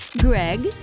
Greg